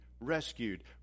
rescued